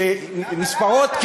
שנספרות,